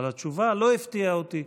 אבל התשובה לא הפתיעה אותי: